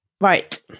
Right